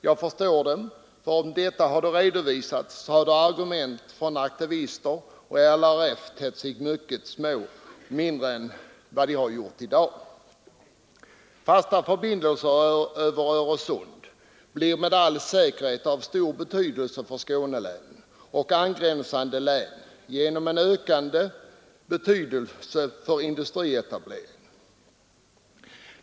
Jag förstår dem, för om detta hade redovisats så hade argumenten från aktivister och LRF tett sig ännu svagare än de har gjort i dag. Fasta förbindelser över Öresund blir med all säkerhet av stor betydelse för Skånelänen och angränsande län genom en ökande industrietablering.